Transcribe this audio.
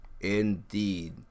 indeed